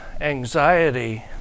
anxiety